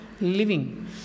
living